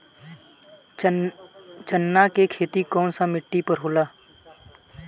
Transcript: चन्ना के खेती कौन सा मिट्टी पर होला?